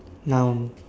noun